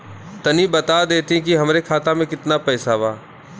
तनि बता देती की हमरे खाता में कितना पैसा बा?